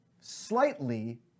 slightly